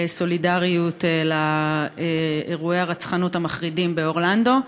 סולידריות, על אירועי הרצחנות המחרידים באורלנדו.